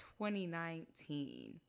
2019